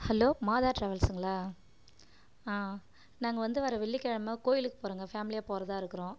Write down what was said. hello Matha ட்ராவல்ஸுங்களா நாங்கள் வந்து வர வெள்ளி கிழம கோயிலுக்கு போகிறோங்க ஃபேமிலியாக போகிறதா இருக்கிறோம்